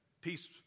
peace